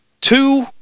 Two